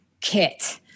kit